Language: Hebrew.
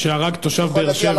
שהרג תושב באר-שבע.